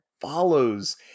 follows